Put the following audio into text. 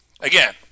again